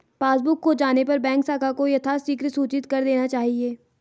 passbook खो जाने पर बैंक शाखा को यथाशीघ्र सूचित कर देना चाहिए